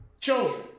children